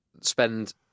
spend